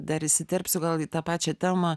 dar įsiterpsiu gal į tą pačią temą